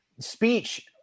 speech